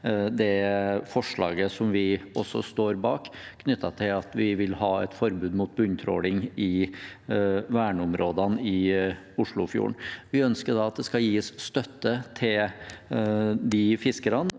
det forslaget som vi også står bak, knyttet til at vi vil ha et forbud mot bunntråling i verneområdene i Oslofjorden. Vi ønsker at det skal gis støtte til de fiskerne